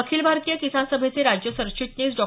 अखिल भारतीय किसान सभेचे राज्य सरचिटणीस डॉ